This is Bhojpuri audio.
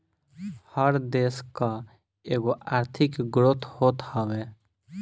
हर देस कअ एगो आर्थिक ग्रोथ होत हवे